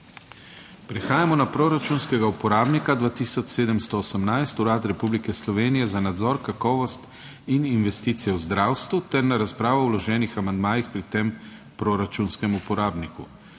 Prehajamo na proračunskega uporabnika 2718, Urad Republike Slovenije za nadzor kakovosti in investicije v zdravstvu ter na razpravo o vloženih amandmajih pri tem proračunskem uporabniku.